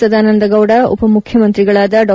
ಸದಾನಂದ ಗೌಡ ಉಪ ಮುಖ್ಯಮಂತ್ರಿಗಳಾದ ಡಾ